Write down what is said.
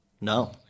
No